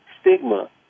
stigma